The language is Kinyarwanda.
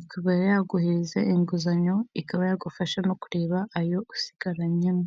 ikaba yaguhereza inguzanyo, ikaba yagufasha no kureba ayo usigaranyemo.